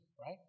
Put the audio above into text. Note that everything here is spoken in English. right